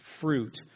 fruit